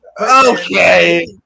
Okay